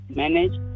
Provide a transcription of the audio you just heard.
manage